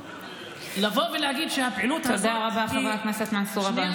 תודה רבה, חבר הכנסת מנסור עבאס.